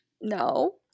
no